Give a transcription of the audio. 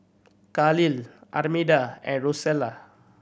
Kahlil Armida and Rosella